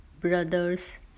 brothers